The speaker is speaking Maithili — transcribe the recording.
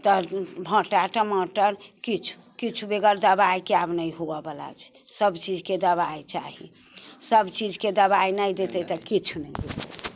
तऽ भाटा टमाटर किछु किछु बेगर दबाइके आब नहि हुअवला छै सब चीजके दबाइ चाही सब चीजके दबाइ नहि देतै तऽ किछु नहि हेतै